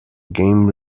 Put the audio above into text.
game